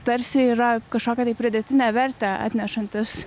tarsi yra kažkokią tai pridėtinę vertę atnešantis